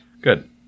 Good